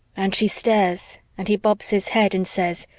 and she stares and he bobs his head and says,